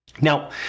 Now